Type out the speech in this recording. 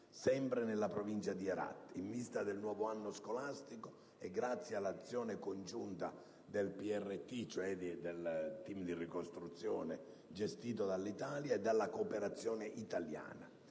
sempre nella provincia di Herat, in vista del nuovo anno scolastico e grazie all'azione congiunta del PRT, cioè del *team* di ricostruzione gestito dall'Italia e dalla cooperazione italiana.